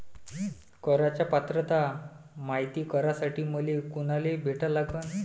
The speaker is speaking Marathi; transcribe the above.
कराच पात्रता मायती करासाठी मले कोनाले भेटा लागन?